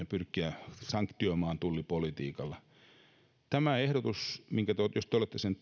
pyrkiä sanktioimaan tullipolitiikalla tämä ehdotus jos te olette sen